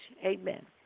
amen